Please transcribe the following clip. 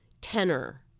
tenor